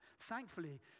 Thankfully